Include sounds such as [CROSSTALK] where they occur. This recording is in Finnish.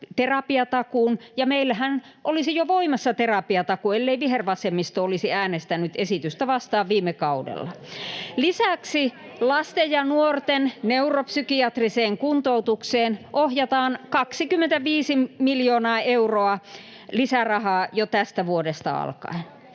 terapiatakuun. Ja meillähän olisi jo voimassa terapiatakuu, ellei vihervasemmisto olisi äänestänyt esitystä vastaan viime kaudella. [NOISE] Lisäksi lasten ja nuorten neuropsykiatriseen kuntoutukseen ohjataan 25 miljoonaa euroa lisää rahaa jo tästä vuodesta alkaen.